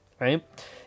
right